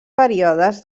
períodes